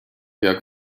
jak